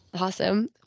Awesome